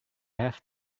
have